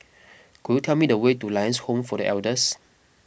Could you tell me the way to Lions Home for the Elders